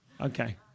Okay